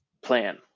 plan